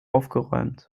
aufgeräumt